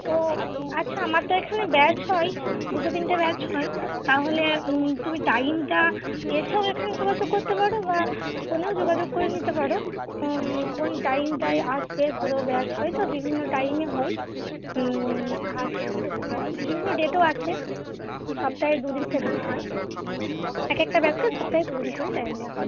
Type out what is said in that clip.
ও আচ্ছা আমার তো এখানে ব্যাচ হয় দুটো তিনটে ব্যাচ হয় তাহলে তুমি টাইমটা এসেও এখানে যোগাযোগ করতে পারো বা ফোনেও যোগাযোগ করে নিতে পারো কোন টাইমটায় আসবে ধরো ব্যাচ হয় তো বিভিন্ন টাইমে হয় আর হচ্ছে তোমার বিভিন্ন ডেটও আছে সপ্তাহে দু দিন শেখানো হয় একেকটা ব্যাচকে সপ্তাহে দু দিন করে টাইম দেওয়া হয়